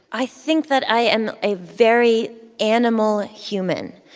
i think that i am a very animal human,